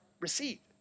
receipt